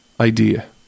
idea